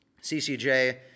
CCJ